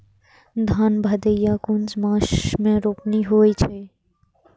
धान भदेय कुन मास में रोपनी होय छै?